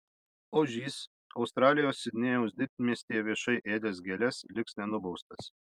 ožys australijos sidnėjaus didmiestyje viešai ėdęs gėles liks nenubaustas